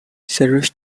sheriff